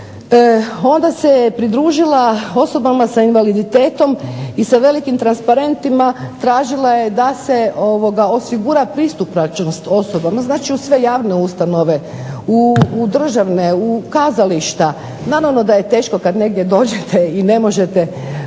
onda se pridružila osobama s invaliditetom i sa velikim transparentima tražila je da se osigura pristupačnost osobama znači u sve javne ustanove, u državne, u kazališta. Naravno da je teško kad negdje dođete i ne možete